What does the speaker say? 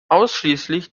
ausschließlich